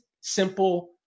simple